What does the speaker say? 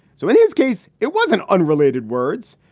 so in this case, it was an unrelated words.